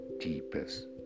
deepest